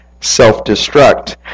self-destruct